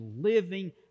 living